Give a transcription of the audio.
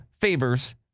favors